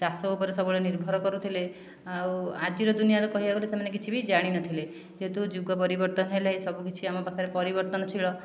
ଚାଷ ଉପରେ ସବୁବେଳେ ନିର୍ଭର କରୁଥିଲେ ଆଉ ଆଜିର ଦୁନିଆର କହିବାକୁ ଗଲେ ସେମାନେ କିଛି ବି ଜାଣିନଥିଲେ ଯେହେତୁ ଯୁଗ ପରିବର୍ତନ ହେଲେ ସବୁକିଛି ଆମ ପାଖରେ ପରିବର୍ତ୍ତନଶୀଳ